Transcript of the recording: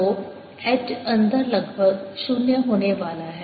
तो H अंदर लगभग 0 होने वाला है